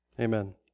Amen